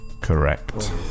Correct